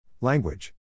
Language